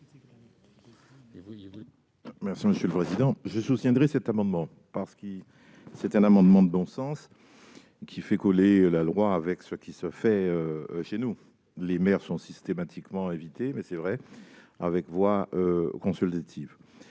explication de vote. Je voterai cet amendement, parce que c'est un amendement de bon sens, qui fait coïncider la loi avec ce qui se fait chez nous. Les maires sont systématiquement invités, mais, c'est vrai, avec voix consultative.